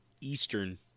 Eastern